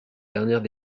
dernières